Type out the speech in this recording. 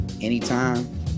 anytime